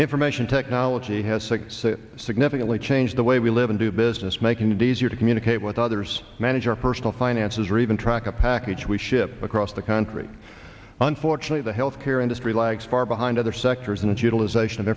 information technology has six significantly changed the way we live and do business making it easier to communicate with others manage our personal finances or even track a package we ship across the country unfortunately the health care industry lags far behind other sectors in that utilization of